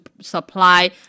supply